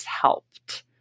helped